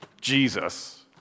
Jesus